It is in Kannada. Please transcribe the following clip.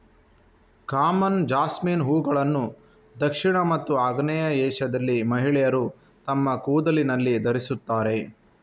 ಕಾಮನ್ ಜಾಸ್ಮಿನ್ ಹೂವುಗಳನ್ನು ದಕ್ಷಿಣ ಮತ್ತು ಆಗ್ನೇಯ ಏಷ್ಯಾದಲ್ಲಿ ಮಹಿಳೆಯರು ತಮ್ಮ ಕೂದಲಿನಲ್ಲಿ ಧರಿಸುತ್ತಾರೆ